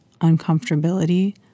uncomfortability